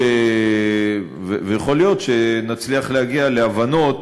ויכול להיות שנצליח להגיע להבנות.